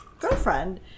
girlfriend